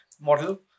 model